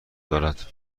دارد